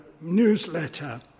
newsletter